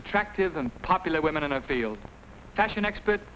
attractive and popular women in a field fashion expert but